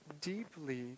deeply